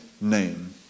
name